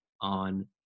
on